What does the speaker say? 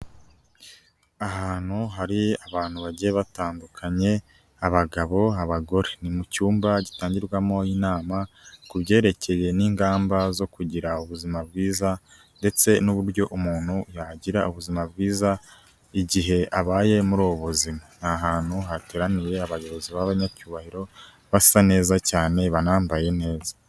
Ahantu hari abantu bagiye batandukanye, abagabo, abagore. Ni mu cyumba gitangirwamo inama ku byerekeye n'ingamba zo kugira ubuzima bwiza, ndetse n'uburyo umuntu yagira ubuzima bwiza igihe abaye muri ubu buzima. Ni ahantu hateraniye abayobozi b'abanyacyubahiro basa neza cyane, banambaye neza.